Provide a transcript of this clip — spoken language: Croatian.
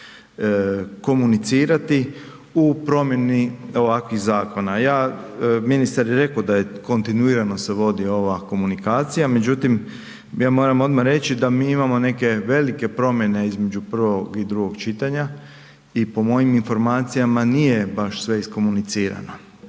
komunicirati u promjeni ovakvih zakona. Ministar je rekao da kontinuirano se vodi ova komunikacijama međutim ja moram odmah reći da mi imamo neke velike promjene između prvog i drugog čitanja i po mojim informacijama nije baš sve iskomunicirano